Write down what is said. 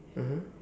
mmhmm